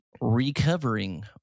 Recovering